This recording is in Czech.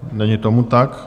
Není tomu tak.